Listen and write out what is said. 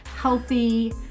healthy